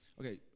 Okay